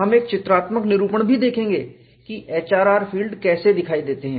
हम एक चित्रात्मक निरूपण भी देखेंगे कि HRR फील्ड कैसे दिखाई देते हैं